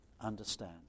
understand